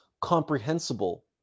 comprehensible